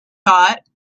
thought